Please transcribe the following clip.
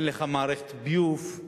אין לך מערכת ביוב,